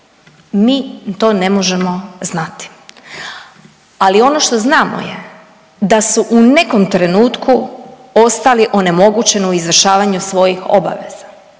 mi to ne možemo znati. Ali ono što znamo je da su u nekom trenutku ostali onemogućeni u izvršavanju svojih obaveza